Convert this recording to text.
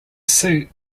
suit